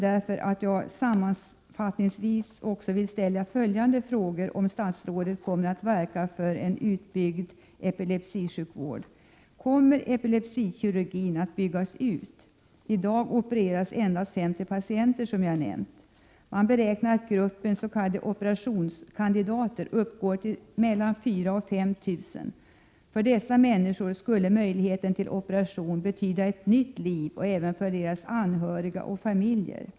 Därför vill jag sammanfattningsvis ställa följande frågor: Kommer statsrådet att verka för en utbyggd epilepsisjukvård? Kommer epilepsikirurgin att byggas ut? I dag opereras endast 50 patienter, som jag nämnde. Man beräknar att gruppen s.k. operationskandidater omfattar 4 000—5 000. För dessa människor skulle möjligheten till operation betyda ett nytt liv, och även för deras anhöriga och familjer.